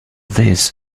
this